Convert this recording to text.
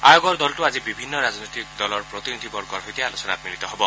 আয়োগৰ দলটো আজি বিভিন্ন ৰাজনৈতিক দলৰ প্ৰতিনিধি বৰ্গৰ সৈতে আলোচনাত মিলিত হ'ব